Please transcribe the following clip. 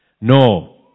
No